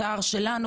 אז לא.